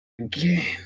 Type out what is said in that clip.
again